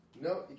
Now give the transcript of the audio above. No